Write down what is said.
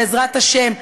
בעזרת השם,